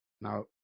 Now